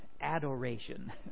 adoration